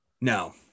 No